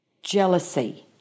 Jealousy